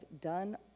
done